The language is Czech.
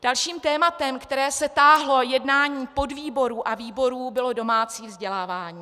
Dalším tématem, které se táhlo jednáním podvýborů a výborů, bylo domácí vzdělávání.